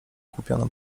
kupiono